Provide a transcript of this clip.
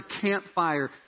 campfire